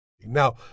Now